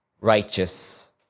righteous